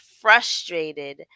frustrated